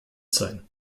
sein